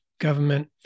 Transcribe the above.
government